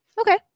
okay